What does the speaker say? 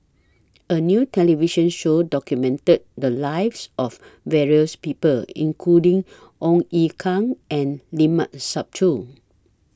A New television Show documented The Lives of various People including Ong Ye Kung and Limat Sabtu